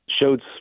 showed